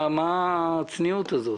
מה הצניעות הזאת?